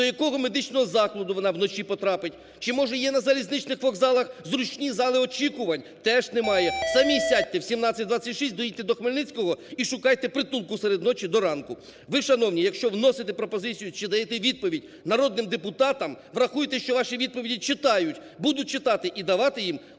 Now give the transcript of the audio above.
До якого медичного закладу вона вночі потрапить? Чи може є на залізничних вокзалах зручні зали очікувань? Теж немає. Самі сядьте в 17.26, доїдьте до Хмельницького і шукайте притулку серед ночі до ранку! Ви, шановні, якщо вносите пропозицію чи даєте відповідь народним депутатам, врахуйте, що ваші відповіді читають, будуть читати і давати їм